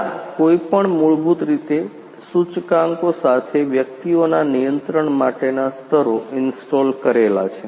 ના કોઈ પણ મૂળભૂત રીતે સૂચકાંકો સાથે વ્યક્તિઓના નિયંત્રણ માટેના સ્તરો ઇન્સ્ટોલ કરેલા છે